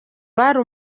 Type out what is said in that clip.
bari